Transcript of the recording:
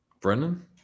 Brennan